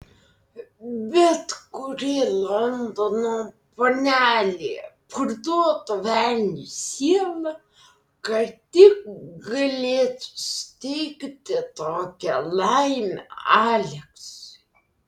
bet kuri londono panelė parduotų velniui sielą kad tik galėtų suteikti tokią laimę aleksui